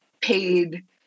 paid